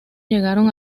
llegaron